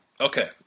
Okay